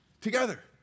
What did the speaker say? together